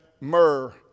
myrrh